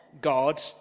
God